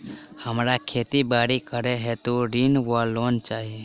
हमरा खेती बाड़ी करै हेतु ऋण वा लोन चाहि?